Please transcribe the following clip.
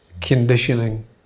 conditioning